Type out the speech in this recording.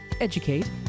educate